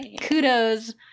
kudos